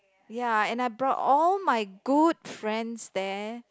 ya and I brought all my good friends there